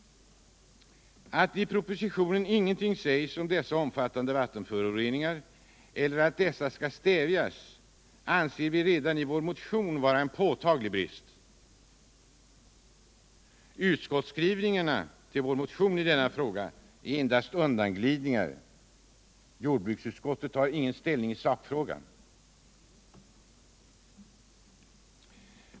Att det i propositionen ingenting sägs om dessa omfattande vattenföroreningar eller om att de skall stävjas har vi redan i vår motion betecknat som en allvarlig brist. I utskottsskrivningen i denna fråga rör det sig endast om undanglidningar. Jordbruksutskottet tar ingen ställning i sakfrågan.